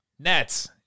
Nets